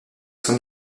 son